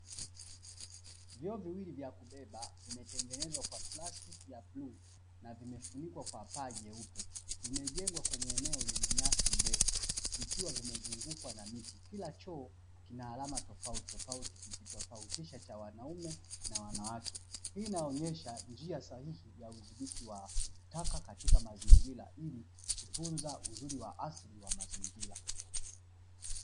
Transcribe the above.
Vyoo viwili vya kubeba vimetengenezwa kwa plastiki ya bluu na vimefunikwa kwa paa jeupe. Vimejengwa kwenye eneo lenye nyasi ndefu vikiwa vimezungukwa na miti. Kila choo kina alama tofauti tofauti kikitofautisha cha wanaume na wanawake. Hii inaonyesha njia sahihi ya udhibiti wa taka katika mazingira ili kutunza uzuri wa asili wa mazingira.